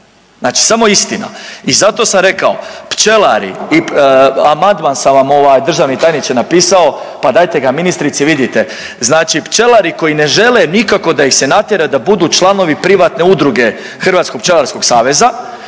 Znači samo istina. I zato sam rekao, pčelari, i amadman sam vam ovaj, državni tajniče, napisao, pa dajte ga ministrici, vidite. Znači pčelari koji ne žele nikako da ih se natjera da budu članovi privatne udruge Hrvatskog pčelarskog saveza,